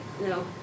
no